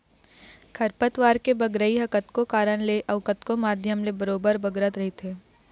खरपतवार के बगरई ह कतको कारन ले अउ कतको माध्यम ले बरोबर बगरत रहिथे